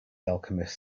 alchemist